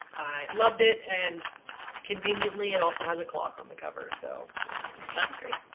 i loved it and conveniently it also has a clock on the cover, so that's great.